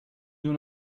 nur